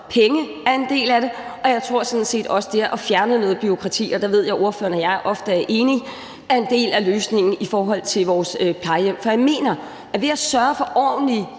penge er en del af det, og jeg tror sådan set også, at det at fjerne noget bureaukrati – og der ved jeg ordføreren og jeg ofte er enige – er en del af løsningen i forhold til vores plejehjem. For jeg mener, at ved at sørge for ordentlige